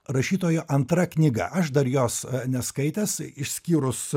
rašytojo antra knyga aš dar jos neskaitęs išskyrus